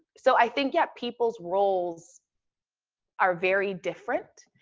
so i think, yeah, people's roles are very different,